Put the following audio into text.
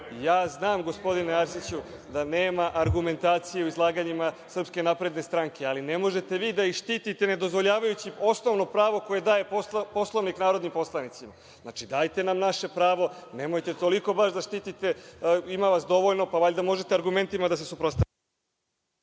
Ja znam, gospodine Arsiću, da nema argumentacije u izlaganjima SNS, ali ne možete vi da ih štitite ne dozvoljavajući osnovno pravo koje daje Poslovnik narodnim poslanicima. Dajte nam naše pravo. Nemojte baš toliko da štitite, ima vas dovoljno, pa valjda možete argumentima da se suprostavite.